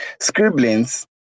Scribblings